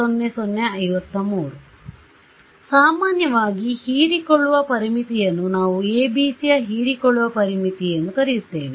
ಸಾಮಾನ್ಯವಾಗಿ ಹೀರಿಕೊಳ್ಳುವ ಪರಿಮಿತಿಯನ್ನು ನಾವು ABC ಯ ಹೀರಿಕೊಳ್ಳುವ ಪರಿಮಿತಿ ಎಂದು ಕರೆಯುತ್ತೇವೆ